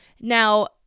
now